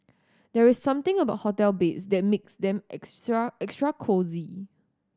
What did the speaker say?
there's something about hotel beds that makes them extra extra cosy